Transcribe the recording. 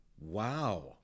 wow